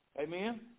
Amen